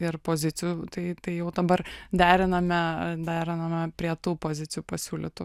ir pozicijų tai tai jau dabar deriname deriname prie tų pozicijų pasiūlytų